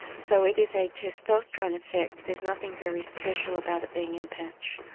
so it is a testosterone effect, there's nothing very special about it being in a patch.